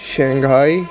Shanghai